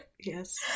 Yes